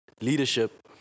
leadership